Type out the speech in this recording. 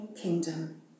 kingdom